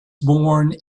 born